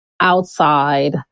outside